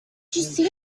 see